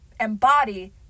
embody